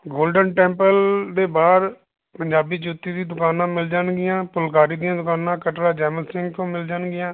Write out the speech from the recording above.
golden Temple ਦੇ ਬਾਹਰ ਪੰਜਾਬੀ ਜੁੱਤੀ ਦੀ ਦੁਕਾਨਾਂ ਮਿਲ ਜਾਣਗੀਆਂ ਫੁਲਕਾਰੀ ਦੀਆਂ ਦੁਕਾਨਾਂ ਖਟੜਾ ਜੈਮਲ ਸਿੰਘ ਤੋਂ ਮਿਲ ਜਾਣਗੀਆਂ